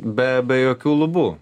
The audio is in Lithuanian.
be be jokių lubų